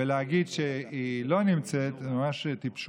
ולהגיד שהיא לא נמצאת זו ממש טיפשות.